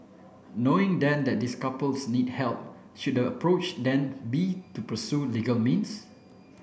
knowing then that this couples need help should approach then be to pursue legal means